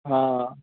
हा